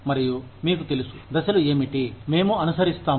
మరియు మీకు తెలుసు దశలు ఏమిటి మేము అనుసరిస్తాము